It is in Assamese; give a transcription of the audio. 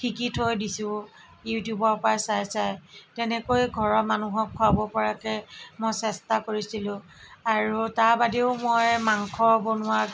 শিকি থৈ দিছোঁ ইউটিউবৰ পৰা চাই চাই তেনেকৈ ঘৰৰ মানুহক খোৱাব পৰাকৈ মই চেষ্টা কৰিছিলোঁ আৰু তাৰবাদেও মই মাংস বনোৱাত